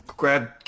grab